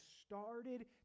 started